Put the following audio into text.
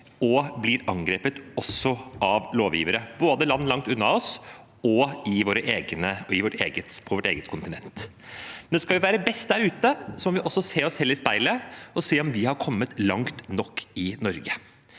og også angrepet av lovgivere, både i land langt unna oss og på vårt eget kontinent. Skal vi være best der ute, må vi imidlertid også se oss selv i speilet og se om vi har kommet langt nok i Norge.